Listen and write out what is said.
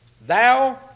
Thou